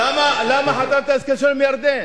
למה חתמת הסכם שלום עם ירדן?